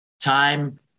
time